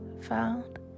Found